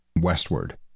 westward